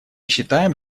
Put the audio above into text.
считаем